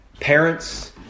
parents